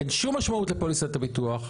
אין שום משמעות לפוליסת הביטוח.